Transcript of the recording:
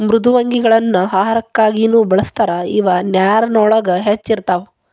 ಮೃದ್ವಂಗಿಗಳನ್ನ ಆಹಾರಕ್ಕಾಗಿನು ಬಳಸ್ತಾರ ಇವ ನೇರಿನೊಳಗ ಹೆಚ್ಚ ಇರತಾವ